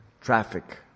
traffic